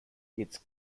its